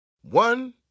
One